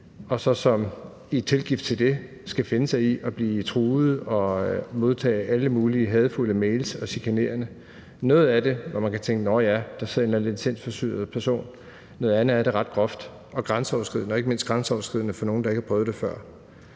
i, og som i tilgift til det skal finde sig i at blive truet og modtage alle mulige hadefulde og chikanerende mails. Til noget af det kan man tænke: Nå ja, der sidder en eller anden lidt sindsforvirret person. Og noget andet af det er ret groft og grænseoverskridende – og ikke mindst grænseoverskridende for nogle, der ikke har prøvet det før.